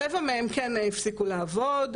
רבע מהן כן הפסיקו לעבוד,